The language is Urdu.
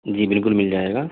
جی بالکل مل جائے گا